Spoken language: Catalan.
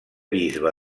bisbe